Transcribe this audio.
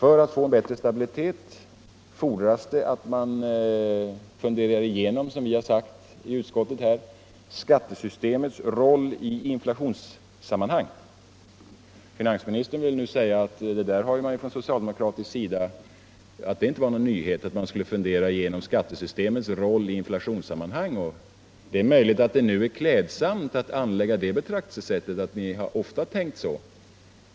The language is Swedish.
För att få en bättre stabilitet fordras, som vi har sagt i utskottet, att man funderar igenom skattesystemets roll i inflationssammanhang. Finansministern säger här att det inte är någon nyhet att vi skall fundera igenom skattesystemets roll där, och det är möjligt att det är klädsamt att nu anlägga det betraktelsesättet att ni inom socialdemokratin ofta har tänkt så.